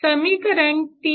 समीकरण 3